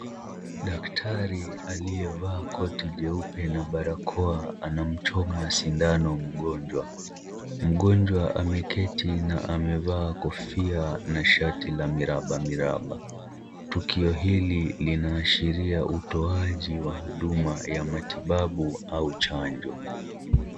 Daktari aliyevaa koti jeupe na barakoa anamchoma sindano mgonjwa. Mgonjwa ameketi na amevaa kofia na shati la mirabamiraba. Tukio hili linaashiria utoaji wa huduma ya matibabu au chanjo.